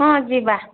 ହଁ ଯିବା